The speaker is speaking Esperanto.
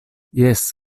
jes